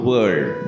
World